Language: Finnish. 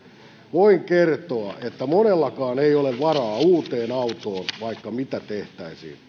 voin kertoa että monellakaan ei ole varaa uuteen autoon vaikka mitä tehtäisiin